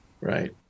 Right